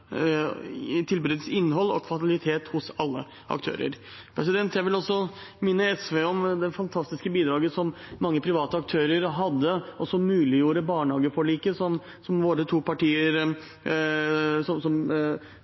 tilbudets innhold og kvalitet hos alle aktører. Jeg vil også minne SV om det fantastiske bidraget mange private aktører hadde, og som muliggjorde barnehageforliket, som